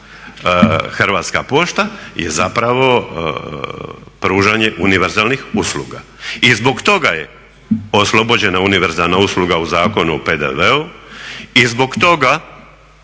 Hrvatska pošta je zapravo pružanje univerzalnih usluga. I zbog toga je oslobođena univerzalna usluga u Zakonu o PDV-u i zbog toga